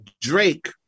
Drake